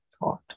thought